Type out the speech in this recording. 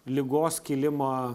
ligos kilimą